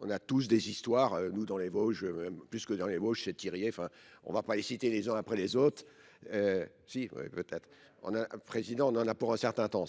on a tous des histoires, nous dans les Vosges, plus que dans les Vosges, c'est tiré. Enfin, on ne va pas les citer les uns après les autres. Si, peut-être. Président, on en a pour un certain temps.